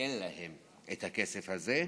ואין להם את הכסף הזה.